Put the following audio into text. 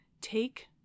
take